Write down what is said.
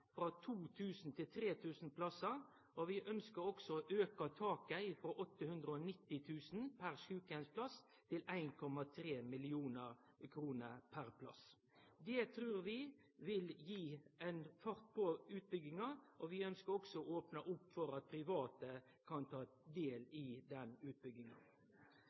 frå 2 000 til 3 000 plassar, og vi ønskjer også å auke taket frå 890 000 kr per sjukeheimsplass til 1,3 mill. kr per plass. Det trur vi vil gi ein fart på utbygginga. Vi ønskjer også å opne opp for at private kan ta del i den utbygginga.